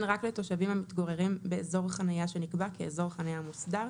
רק לתושבים המתגוררים באזור חניה שנקבע כאזור חניה מוסדר,